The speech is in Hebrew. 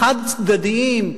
חד-צדדיים,